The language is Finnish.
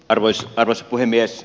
arvoisa puhemies